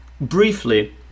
briefly